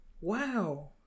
Wow